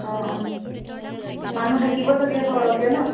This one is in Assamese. অঁ অঁ মানুহ থাকিব চাগে সৰহকৈ ন